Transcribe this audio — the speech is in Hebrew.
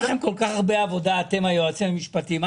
זה